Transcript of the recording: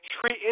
treat